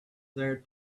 there